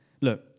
Look